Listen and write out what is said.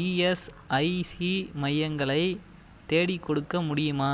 ESIC மையங்களை தேடிக்கொடுக்க முடியுமா